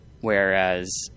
Whereas